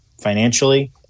financially